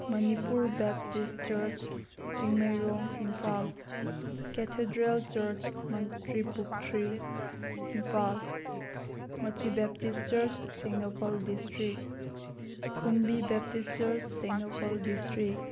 Manipur Baptist Church Chingmeirong Imphal Cathedral Church Mantripukhri Imphal ꯃꯆꯤ Baptist Church Tengnoupal district ꯈꯨꯟꯕꯤ Baptist Church Tengnoupal district